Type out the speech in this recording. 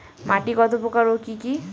মাটি কত প্রকার ও কি কি?